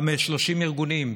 גם 30 ארגונים,